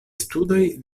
studoj